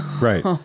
right